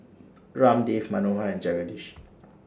Ramdev Manohar and Jagadish